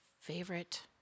favorite